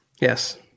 Yes